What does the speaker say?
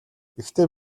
гэхдээ